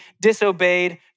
disobeyed